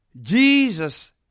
Jesus